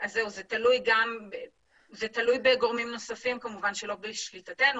זה תלוי גורמים נוספים שלא בשליטתנו,